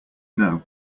know